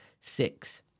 six